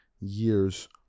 years